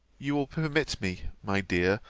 you will permit me, my dear,